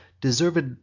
deserved